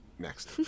Next